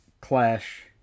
clash